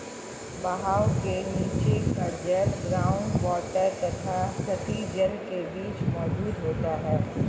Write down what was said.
बहाव के नीचे का जल ग्राउंड वॉटर तथा सतही जल के बीच मौजूद होता है